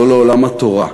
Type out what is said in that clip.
לא לעולם התורה.